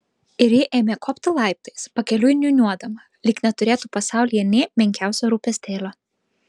ir ji ėmė kopti laiptais pakeliui niūniuodama lyg neturėtų pasaulyje nė menkiausio rūpestėlio